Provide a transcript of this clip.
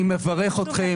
סליחה, אני מברך אתכם.